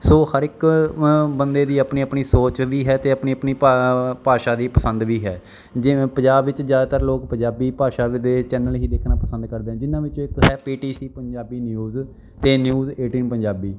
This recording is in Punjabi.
ਸੋ ਹਰ ਇੱਕ ਬੰਦੇ ਦੀ ਆਪਣੀ ਆਪਣੀ ਸੋਚ ਵੀ ਹੈ ਅਤੇ ਆਪਣੀ ਆਪਣੀ ਭਾ ਭਾਸ਼ਾ ਦੀ ਪਸੰਦ ਵੀ ਹੈ ਜਿਵੇਂ ਪੰਜਾਬ ਵਿੱਚ ਜ਼ਿਆਦਾਤਰ ਲੋਕ ਪੰਜਾਬੀ ਭਾਸ਼ਾ ਦੇ ਚੈਨਲ ਹੀ ਦੇਖਣਾ ਪਸੰਦ ਕਰਦੇ ਆ ਜਿਨ੍ਹਾਂ ਵਿੱਚੋਂ ਇੱਕ ਹੈ P T C Punjabi news ਅਤੇ ਨਿਊਜ਼ ਏਟੀਨ ਪੰਜਾਬੀ